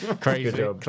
crazy